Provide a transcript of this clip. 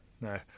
no